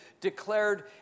declared